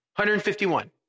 151